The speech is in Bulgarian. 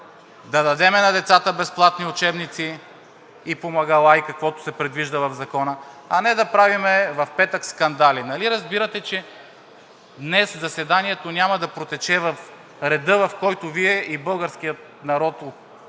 да дадем на децата безплатни учебници и помагала и каквото се предвижда в Закона, а не да правим в петък скандали. Нали разбирате, че днес заседанието няма да протече в реда, в който Вие и българският народ очаква,